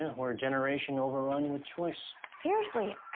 yeah, we're a generation overrun with choice. seriously.